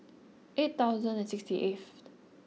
eight thousand and sixty eighth